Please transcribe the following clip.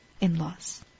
in-laws